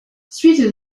suite